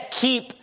keep